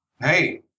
hey